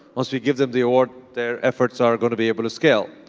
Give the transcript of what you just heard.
once we give them the award, their efforts are going to be able to scale.